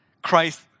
Christ